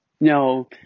No